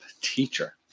teacher